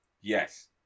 Yes